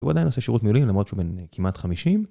הוא עדיין עושה שירות מילואים למרות שהוא בן כמעט 50